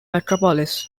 metropolis